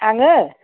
आङो